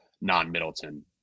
non-Middleton